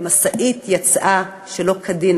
משאית יצאה שלא כדין,